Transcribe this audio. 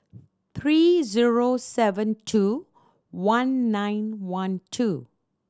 three zero seven two one nine one two